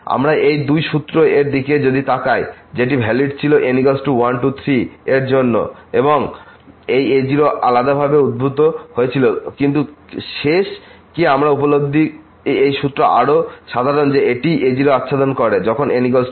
আমরা এই দুই সূত্র এর দিকে যদি তাকাই যেটি ভ্যালিড ছিল n 1 2 3 এর জন্য এবং এই a0 আলাদাভাবে উদ্ভূত হয়েছিল কিন্তু শেষ কি আমরা উপলব্ধি এই সূত্র আরও সাধারণ যে এটি এই a0 আচ্ছাদন করে যখন n0